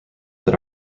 that